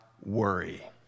worry